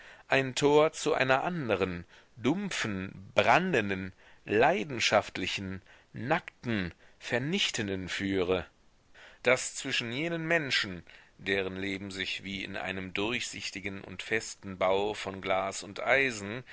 ein tor zu einer anderen dumpfen brandenden leidenschaftlichen nackten vernichtenden führe daß zwischen jenen menschen deren leben sich wie in einem durchsichtigen und festen bau von glas und eisen